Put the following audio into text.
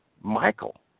Michael